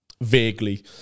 vaguely